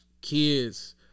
kids